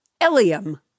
Eliam